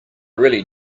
really